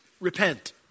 repent